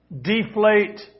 deflate